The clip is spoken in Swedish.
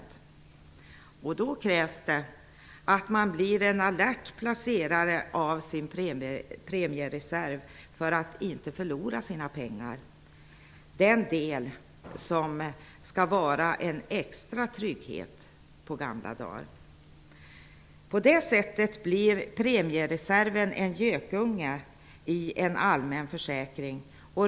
Det kommer då att krävas att man blir en alert placerare för att inte förlora pengarna i sin premiereserv, som skall vara en extra trygghet på gamla dagar. På detta sätt blir premiereserven en gökunge i en allmän försäkring.